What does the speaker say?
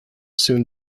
soon